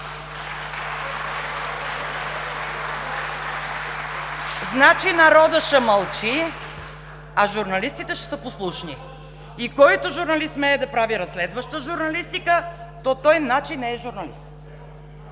Значи народът ще мълчи, а журналистите ще са послушни?! И който журналист смее да прави разследваща журналистика, то той значи не е журналист!